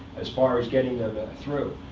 as far as getting them through.